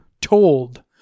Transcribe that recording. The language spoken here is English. told